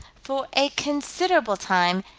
for a considerable time,